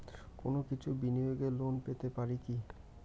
কোনো কিছুর বিনিময়ে লোন পেতে পারি কি?